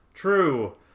True